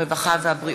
הרווחה והבריאות.